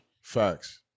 Facts